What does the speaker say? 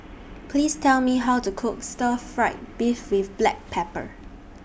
Please Tell Me How to Cook Stir Fried Beef with Black Pepper